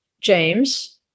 James